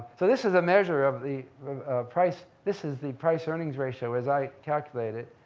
so this is a measure of the price, this is the price-earnings ratio as i calculated it.